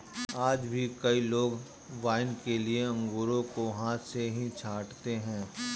आज भी कई लोग वाइन के लिए अंगूरों को हाथ से ही छाँटते हैं